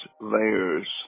layers